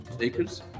acres